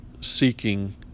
seeking